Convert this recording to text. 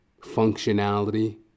Functionality